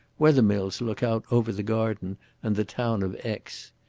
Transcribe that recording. wethermill's look out over the garden and the town of aix.